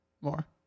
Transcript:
More